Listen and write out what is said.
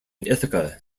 ithaca